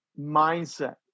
mindset